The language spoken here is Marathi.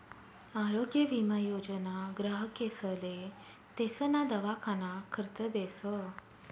आरोग्य विमा योजना ग्राहकेसले तेसना दवाखाना खर्च देस